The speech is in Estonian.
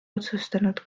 otsustanud